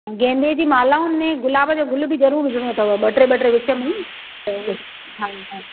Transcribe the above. गेंदे जी मालाउनि में गुलाब जा गुल बि ज़रूरु विझणो अथव ॿ टे ॿ टे विच में हा